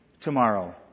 tomorrow